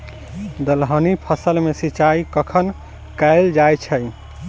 दलहनी फसल मे सिंचाई कखन कैल जाय छै?